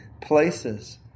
places